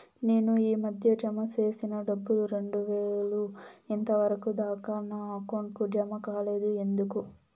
నేను ఈ మధ్య జామ సేసిన డబ్బులు రెండు వేలు ఇంతవరకు దాకా నా అకౌంట్ కు జామ కాలేదు ఎందుకు?